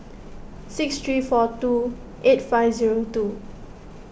six three four two eight five zero two